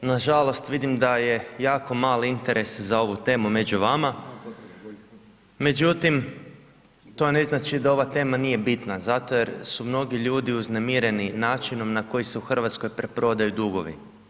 Nažalost vidim da je jako mali interes za ovu temu među vama, međutim to ne znači da ova tema nije bitna zato jer su mnogi ljudi uznemireni načinom na koji se u Hrvatskoj preprodaju dugovi.